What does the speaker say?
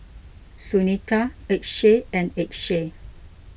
Sunita Akshay and Akshay